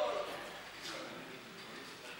תודה רבה.